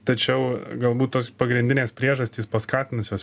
tačiau galbūt tos pagrindinės priežastys paskatinusios